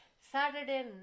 Saturday